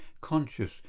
conscious